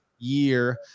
year